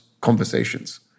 conversations